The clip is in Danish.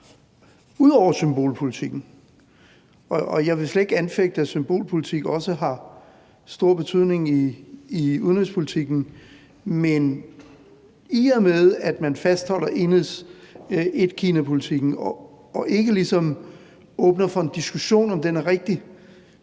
ud over symbolpolitikken? Jeg vil slet ikke anfægte, at symbolpolitik også har stor betydning i udenrigspolitikken, men i og med at man fastholder etkinapolitikken og ikke ligesom åbner for en diskussion om, hvorvidt den er rigtig,